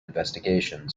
investigations